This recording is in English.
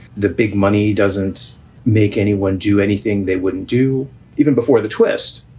the big money doesn't make anyone do anything they wouldn't do even before the twist.